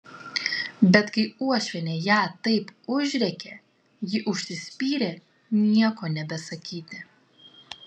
bet kai uošvienė ją taip užrėkė ji užsispyrė nieko nebesakyti